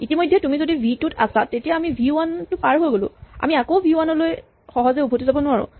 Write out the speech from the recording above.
ইতিমধ্যে যদি তুমি ভি টু ত আছা তেতিয়া আমি ভি ৱান পাৰ হৈ গ'লো আমি আকৌ ভি ৱান লৈ সহজে উভতি যাব নোৱাৰো